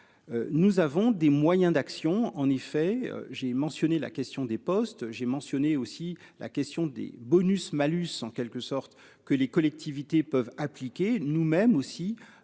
Nous avons des moyens d'action en effet j'ai mentionné la question des postes, j'ai mentionné aussi la question des bonus malus en quelque sorte, que les collectivités peuvent appliquer nous-mêmes aussi.